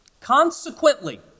Consequently